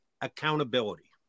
accountability